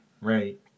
right